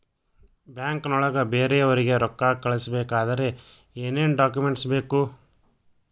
ಬ್ಯಾಂಕ್ನೊಳಗ ಬೇರೆಯವರಿಗೆ ರೊಕ್ಕ ಕಳಿಸಬೇಕಾದರೆ ಏನೇನ್ ಡಾಕುಮೆಂಟ್ಸ್ ಬೇಕು?